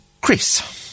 Chris